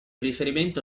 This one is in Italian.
riferimento